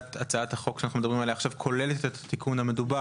הצעת החוק שאנו מדברים עליה עכשיו כוללת את התיקון המדובר?